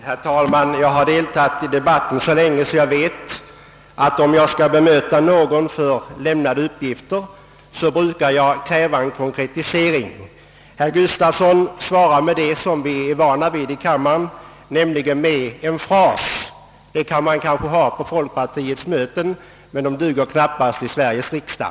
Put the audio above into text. Herr talman! Jag har varit med i debatten så länge att jag vet att man brukar kräva en konkretisering när man vill bemöta lämnade uppgifter. Herr Gustafson svarade med något som vi är vana vid i andra kammaren, nämligen en fras. Det kan man kanske göra på folkpartiets möten, men det duger knappast i Sveriges riksdag.